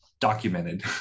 documented